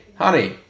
honey